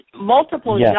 multiple